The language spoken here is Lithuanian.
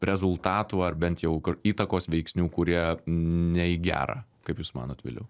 rezultatų ar bent jau įtakos veiksnių kurie ne į gerą kaip jūs manot viliau